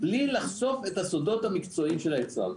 בלי לחשוף את הסודות המקצועיים של היצרן.